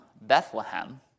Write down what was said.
Bethlehem